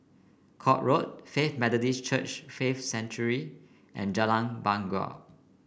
Court Road Faith Methodist Church Faith Sanctuary and Jalan Bangau